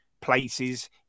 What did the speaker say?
places